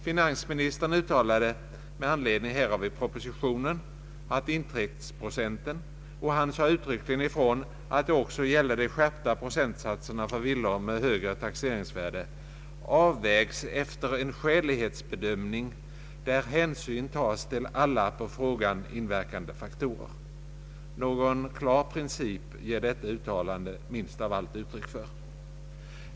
Finansministern uttalade med anledning härav i propositionen att intäktsprocenten — och han sade uttryckligen ifrån att det också gällde de skärpta procentsatserna för villor med högre taxeringsvärden — avvägs efter en skälighetsbedömning, där hänsyn tas till alla på frågan inverkande faktorer. Någon klar princip ger detta uttalande minst av allt uttryck för.